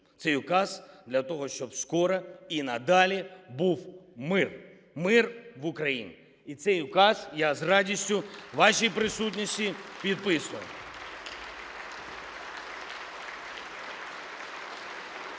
цей указ для того, щоб скоро і надалі був мир. Мир в Україні! І цей указ я з радістю у вашій присутності підписую.